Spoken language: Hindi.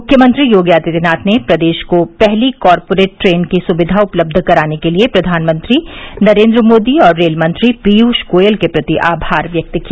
मुख्यमंत्री योगी आदित्यनाथ ने प्रदेश को पहली कॉरपोरेट ट्रेन की सुविधा उपलब्ध कराने के लिये प्रधानमंत्री नरेन्द्र मोदी और रेल मंत्री पीयूष गोयल के प्रति आभार व्यक्त किया